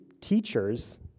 teachers